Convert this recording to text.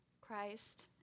Christ